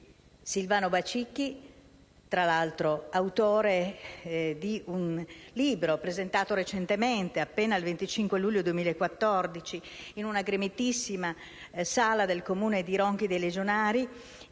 Silvano Bacicchi, tra l'altro autore di un libro presentato recentemente, appena il 25 luglio 2014, in una gremitissima sala del Comune di Ronchi dei Legionari,